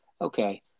Okay